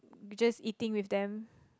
just eating with them